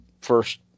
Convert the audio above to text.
first